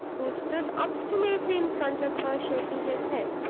who stood obstinately in front of her, shaking his head.